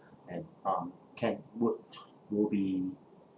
and um can will t~ will be